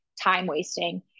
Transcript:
time-wasting